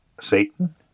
Satan